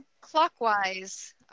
Clockwise